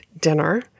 dinner